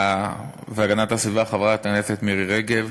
והגנת הסביבה חברת הכנסת מירי רגב,